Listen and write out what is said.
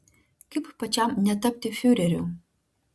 kaip pačiam netapti fiureriu